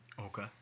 Okay